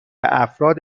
افراد